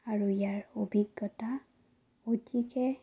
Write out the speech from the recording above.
আৰু ইয়াৰ অভিজ্ঞতা অতিকে